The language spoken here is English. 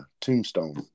Tombstone